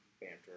banter